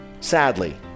sadly